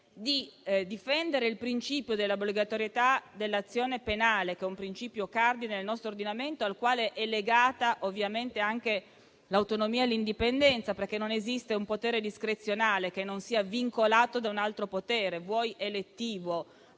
di difendere il principio dell'obbligatorietà dell'azione penale, che è un principio cardine nel nostro ordinamento, al quale è legato ovviamente anche quello dell'autonomia e dell'indipendenza, perché non esiste un potere discrezionale che non sia vincolato da un altro potere, vuoi elettivo,